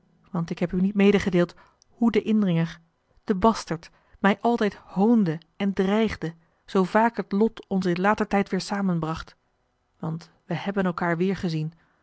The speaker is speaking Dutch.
want ik heb u niet medegedeeld hoe de indringer de basterd mij altijd hoonde en dreigde zoo vaak het lot ons in later tijd weêr samenbracht want wij hebben elkaâr weêrgezien